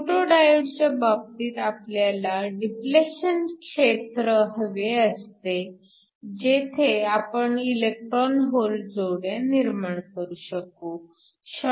photo डायोडच्या बाबतीत आपल्याला डिप्लेशन क्षेत्र हवे असते जेथे आपण इलेक्ट्रॉन होल जोड्या निर्माण करू शकू